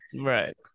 Right